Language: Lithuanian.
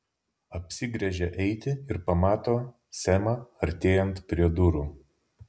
apsigręžia eiti ir pamato semą artėjant prie durų